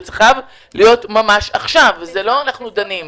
זה חייב להיות ממש עכשיו, לא "אנחנו דנים".